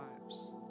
lives